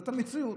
זאת המציאות.